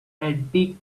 antique